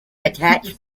attached